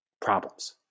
problems